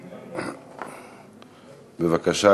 בבקשה.